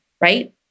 right